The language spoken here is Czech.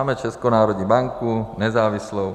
Máme Českou národní banku, nezávislou.